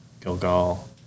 Gilgal